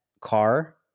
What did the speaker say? car